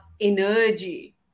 energy